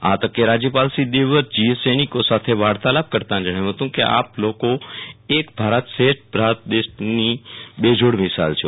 આ તકે રાજ્યપાલશ્રી દેવવ્રતજીએ સૈનિકો સાથેવાર્તાલાપ કરતાં જણાવ્યું હતું કે આપ લોકો એક ભારત શ્રેષ્ઠ ભારત દેશની બેજોડ મિસાલ છો